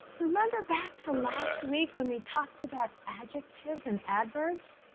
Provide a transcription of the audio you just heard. remember back to last week when we talked about adjectives and adverbs?